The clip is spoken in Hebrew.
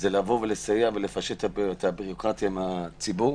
זה לבוא ולסייע ולפשט את הביורוקרטיה עם הציבור,